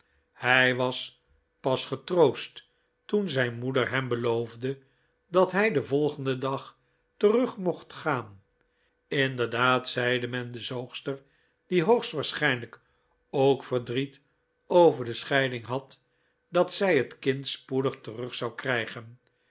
hij was pas getroost toen zijn moeder hem beloofde dat hij den volgenden dag terug mocht gaan inderdaad zeide men de zoogster die hoogstwaarschijnlijk ook verdriet over de scheiding had dat zij het kind spoedig terug zou krijgen